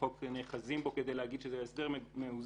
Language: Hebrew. החוק נאחזים בו כדי להגיד שזה הסדר מאוזן.